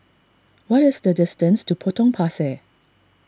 what is the distance to Potong Pasir